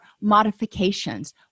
modifications